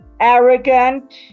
arrogant